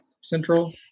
central